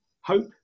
Hope